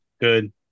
Good